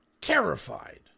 terrified